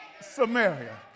Samaria